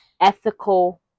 ethical